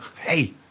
hey